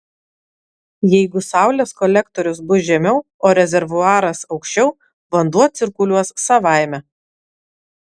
jeigu saulės kolektorius bus žemiau o rezervuaras aukščiau vanduo cirkuliuos savaime